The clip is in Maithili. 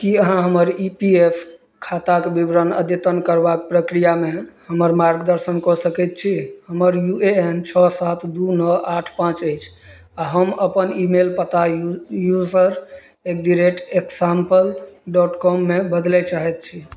कि अहाँ हमर ई पी एफ खाताक विवरण अद्यतन करबाक प्रक्रियामे हमर मार्गदर्शन कऽ सकै छी हमर यू ए एन छओ सात दुइ नओ आठ पाँच अछि आओर हम अपन ईमेल पता use user at the rate example dot कॉममे बदलै चाहै छी